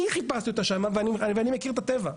אני חיפשתי אותה שם, ואני מכיר את הטבע.